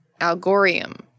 Algorium